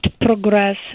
progress